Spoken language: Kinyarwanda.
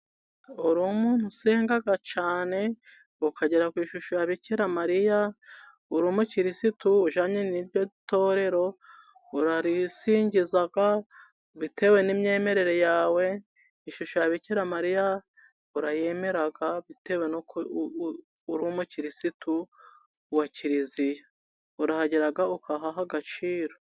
Uri umuntu usenga cyane, ukagera ku ishusho ya Bikira Mariya, uri umukirisitu ujyanye n'iryo torero, urarisingiza bitewe n'imyemerere yawe, ishusho ya Bikira Mariya urayemera, bitewe n'uko uri umukirisitu wa Kiliziya. Urahagera ukahaha agaciro.